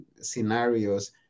scenarios